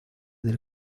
del